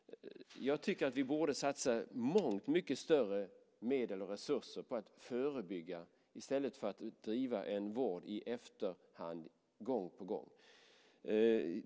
Jag tycker att vi borde satsa mycket mer medel och resurser på att förebygga i stället för att gång på gång bedriva en vård i efterhand.